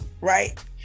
right